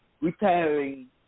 retiring